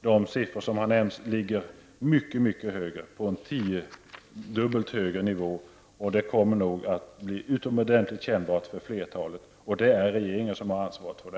De siffror som har nämnts ligger mycket högre, på tiodubbelt högre nivå. Det kommer att bli utomordenligt kännbart för det stora flertalet. Det är regeringen som har ansvaret för det.